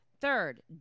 Third